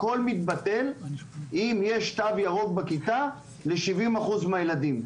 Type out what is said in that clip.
הכל מתבטל אם יש תו ירוק בכיתה ל-70% מהילדים.